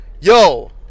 yo